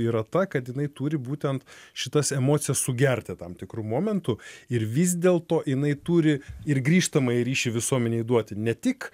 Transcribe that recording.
yra ta kad jinai turi būtent šitas emocijas sugerti tam tikru momentu ir vis dėlto jinai turi ir grįžtamąjį ryšį visuomenei duoti ne tik